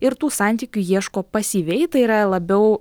ir tų santykių ieško pasyviai tai yra labiau